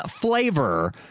flavor